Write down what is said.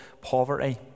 poverty